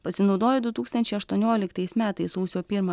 pasinaudoję du tūkstančiai aštuonioliktais metais sausio pirmą